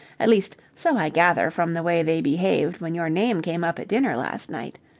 at least, so i gather from the way they behaved when your name came up at dinner last night.